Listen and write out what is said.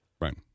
Right